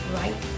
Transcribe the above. right